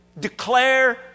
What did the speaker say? declare